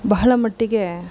ಬಹಳ ಮಟ್ಟಿಗೆ